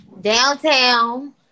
downtown